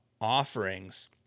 offerings